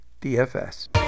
DFS